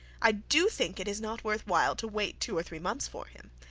i do think it is not worth while to wait two or three months for him.